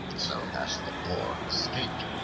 so that the boar escaped.